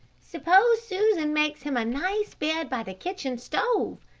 suppose susan makes him a nice bed by the kitchen stove?